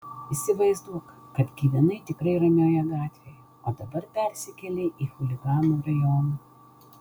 įsivaizduok kad gyvenai tikrai ramioje gatvėje o dabar persikėlei į chuliganų rajoną